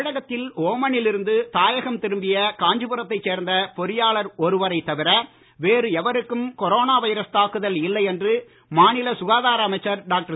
தமிழகத்தில் ஓமனில் இருந்து தாயகம் திரும்பிய காஞ்சிபுரத்தை சேர்ந்த பொறியாளர் ஒருவரை தவிர வேறு எவருக்கும் கொரோனோ வைரஸ் தாக்குதல் இல்லை என்று மாநில சுகாதார அமைச்சர் டாக்டர்